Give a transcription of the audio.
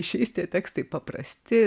išeis tie tekstai paprasti